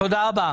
תודה רבה.